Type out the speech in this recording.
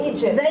Egypt